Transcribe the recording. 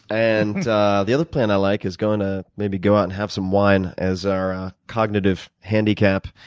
and the other plan i like is going to maybe go out and have some wine as our cognitive handicap.